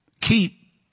Keep